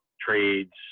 trades